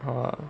!whoa!